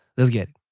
let's get it.